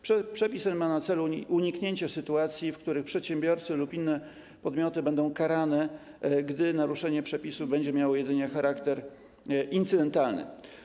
Przepis ten ma na celu uniknięcie sytuacji, w których przedsiębiorcy lub inne podmioty będą karani, gdy naruszenie przepisu będzie miało jedynie charakter incydentalny.